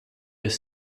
his